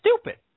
stupid